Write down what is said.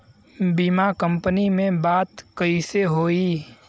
बीमा कंपनी में बात कइसे होई?